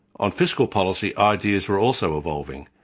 on fiscal policy, ideas were also evolving,